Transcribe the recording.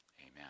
Amen